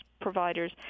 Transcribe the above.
providers